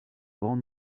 grand